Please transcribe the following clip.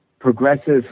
progressive